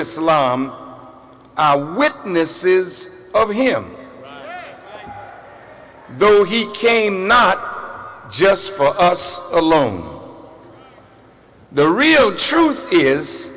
islam witnesses of him though he came not just for us alone the real truth is